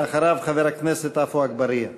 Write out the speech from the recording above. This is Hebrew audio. אחריו, חבר הכנסת עפו אגבאריה.